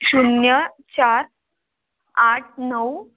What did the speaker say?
शून्य चार आठ नऊ